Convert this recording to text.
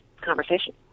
conversation